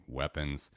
weapons